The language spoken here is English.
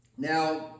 Now